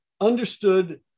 understood